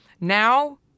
now